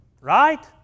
Right